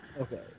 Okay